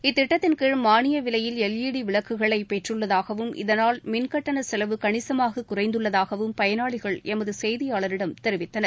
இத்திட்டத்தின்கீழ் மானிய விலையில் எல் ஈ டி விளக்குகளை பெற்றுள்ளதாகவும் இதனால் மின்கட்டண செலவு கணிசமாக குறைந்துள்ளதாகவும் பயனாளிகள் எமது செய்தியாளரிடம் தெரிவித்தனர்